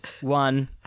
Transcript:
one